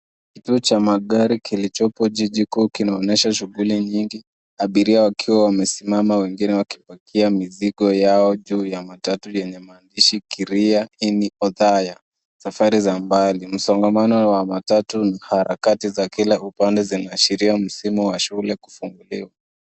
Kituo cha magari kilichopo jiji kuu kinaonyesha shuguli nyingi, abiria wakiwa wamesimama wengine wakipakia mizigo yao juu ya matatu yenye maandishi Kiriani, Othaya. Safari za mbali, msongamano wa matatu, harakati za kila upande zinaashiria msimu wa shule kufunguliwa.